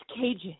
cages